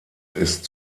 ist